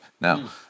now